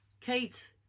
Kate